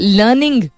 learning